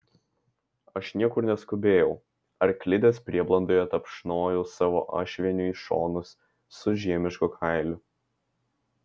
aš niekur neskubėjau arklidės prieblandoje tapšnojau savo ašvieniui šonus su žiemišku kailiu